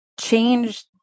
change